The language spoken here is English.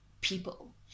people